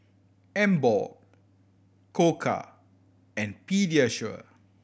Emborg Koka and Pediasure